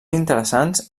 interessants